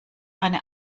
eine